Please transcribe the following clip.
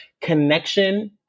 connection